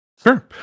Sure